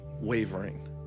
wavering